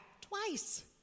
Twice